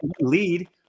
lead